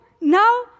now